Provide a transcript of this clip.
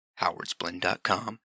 howardsblend.com